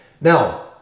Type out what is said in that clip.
Now